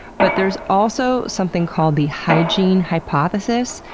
but there's also something called the, hygiene hypothesis.